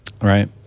Right